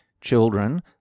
children